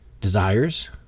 desires